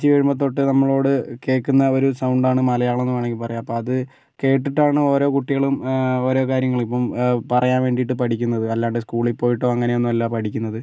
ജനിച്ച് വീഴുമ്പം തൊട്ട് നമ്മളോട് കേൾക്കുന്ന ആ ഒരു സൗണ്ടാണ് മലയാളം എന്ന് വേണമെങ്കിൽ പറയാം അപ്പം അത് കേട്ടിട്ടാണ് ഓരോ കുട്ടികളും ഓരോ കാര്യങ്ങൾക്കും പറയാൻ വേണ്ടിട്ട് പഠിക്കുന്നത് അല്ലാണ്ട് സ്കളിൽ പോയിട്ടോ അങ്ങനെയൊന്നുമല്ല പഠിക്കുന്നത്